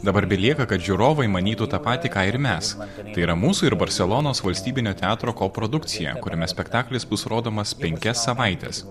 dabar belieka kad žiūrovai manytų tą patį ką ir mes tai yra mūsų ir barselonos valstybinio teatro koprodukcija kuriame spektaklis bus rodomas penkias savaites